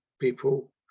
people